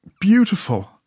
beautiful